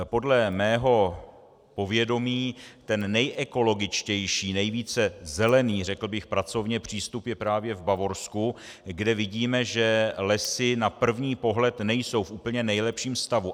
Podle mého povědomí ten nejekologičtější, nejvíce zelený, řekl bych pracovně, přístup je právě v Bavorsku, kde vidíme, že lesy na první pohled nejsou v úplně nejlepším stavu.